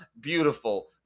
Beautiful